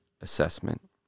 assessment